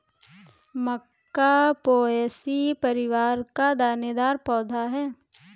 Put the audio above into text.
मक्का Poaceae परिवार का दानेदार पौधा है